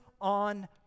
on